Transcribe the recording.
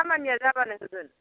खामानिया जाबानो होगोन